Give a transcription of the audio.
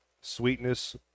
sweetness